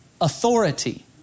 authority